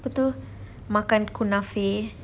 apa tu makan kunefe